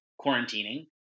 quarantining